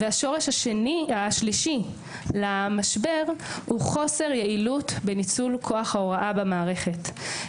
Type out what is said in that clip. והשורש השלישי למשבר הוא חוסר יעילות בניצול כוח ההוראה במערכת,